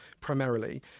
primarily